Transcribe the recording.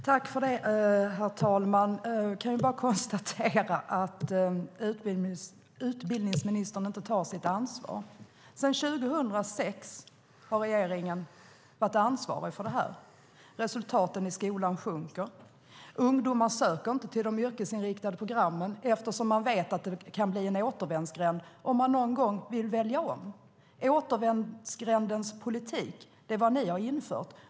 Herr talman! Jag kan bara konstatera att utbildningsministern inte tar sitt ansvar. Sedan 2006 har regeringen varit ansvarig för det här. Resultaten i skolan sjunker. Ungdomar söker inte till de yrkesinriktade programmen eftersom man vet att det kan bli en återvändsgränd om man någon gång vill välja om. Återvändsgrändens politik är vad ni har infört.